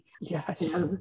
Yes